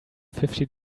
fifty